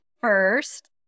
first